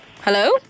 Hello